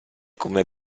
come